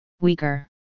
Weaker